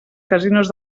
casinos